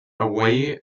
away